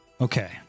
Okay